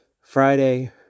Friday